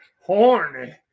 horny